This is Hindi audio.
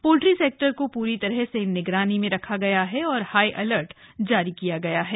पोल्ट्री सेक्टर को पूरी तरह से निगरानी में रखा गया है और हाई अलर्ट जारी किया गया है